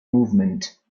movement